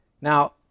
Now